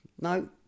no